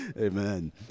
Amen